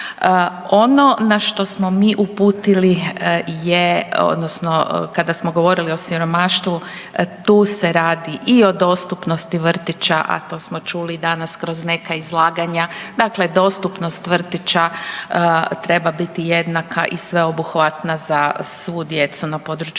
Ono na što smo mi uputili odnosno kada smo govorili o siromaštvu tu se radi i o dostupnosti vrtića, a to smo čuli danas kroz neka izlaganja, dakle dostupnost vrtića treba biti jednaka i sveobuhvatna za svu djecu na području